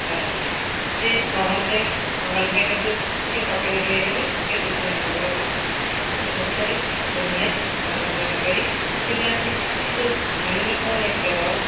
ଫେରନ୍ତି ସେଇଠି ମହଲରେ ମହଲରେ କିନ୍ତୁ କିଛି ଫୋଟୋ ଉଠେଇପାରି ସେ ଖୁସି ଅନୁଭବ କରନ୍ତି ଏ ସବୁଥିରେ ସେମାନେ ମନୋରଞ୍ଜନ କରି ଖୁସି ପାଆନ୍ତି କିନ୍ତୁ ଧନୀ ଲୋକମାନେ କ୍ଲବ